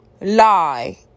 lie